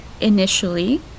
Initially